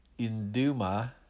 Induma